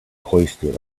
hoisted